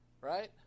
right